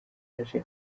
aje